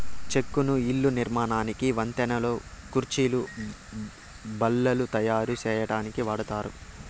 చెక్కను ఇళ్ళ నిర్మాణానికి, వంతెనలు, కుర్చీలు, బల్లలు తాయారు సేయటానికి వాడతారు